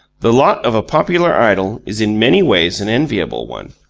the lot of a popular idol is in many ways an enviable one,